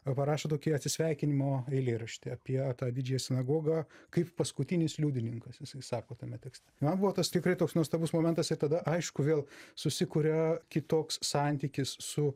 o parašė tokį atsisveikinimo eilėraštį apie tą didžiąją sinagogą kaip paskutinis liudininkas jisai sako tame tekste man buvo tas tikrai toks nuostabus momentas ir tada aišku vėl susikuria kitoks santykis su